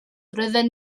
roedden